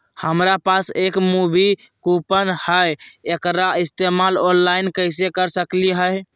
हमरा पास एक मूवी कूपन हई, एकरा इस्तेमाल ऑनलाइन कैसे कर सकली हई?